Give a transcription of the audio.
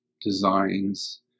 designs